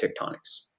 tectonics